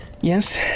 yes